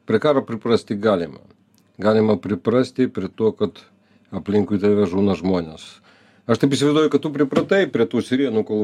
prie karo priprasti galima galima priprasti prie to kad aplinkui tave žūma žmonės aš taip įsivaizduoju kad tu pripratai prie tų sirenų kol